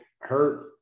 hurt